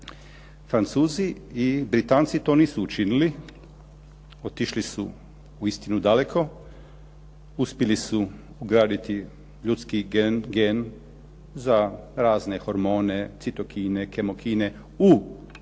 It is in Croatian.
Francuzi i Britanci to nisu učinili, otišli su uistinu daleko. Uspjeli su ugraditi ljudski gen za razne hormone, citokine, kemokine u razne